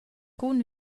cun